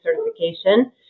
certification